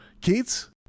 Keats